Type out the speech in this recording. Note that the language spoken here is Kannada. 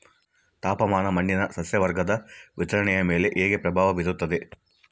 ತಾಪಮಾನ ಮಣ್ಣಿನ ಸಸ್ಯವರ್ಗದ ವಿತರಣೆಯ ಮೇಲೆ ಹೇಗೆ ಪ್ರಭಾವ ಬೇರುತ್ತದೆ?